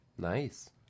Nice